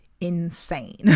insane